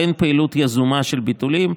ואין פעילות יזומה של ביטולים.